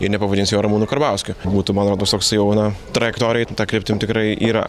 jie nepavadins jo ramūnu karbauskiu būtų man rodos toksai jau na trajektorija ta kryptim tikrai yra